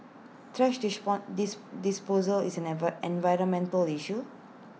thrash dis disposal is an ever environmental issue